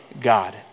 God